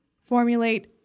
formulate